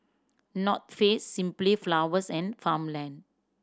North Face Simply Flowers and Farmland